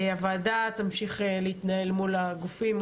הוועדה תמשיך להתנהל מול הגופים,